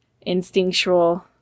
instinctual